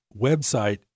website